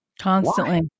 Constantly